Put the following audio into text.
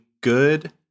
good